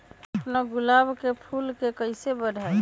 हम अपना गुलाब के फूल के कईसे बढ़ाई?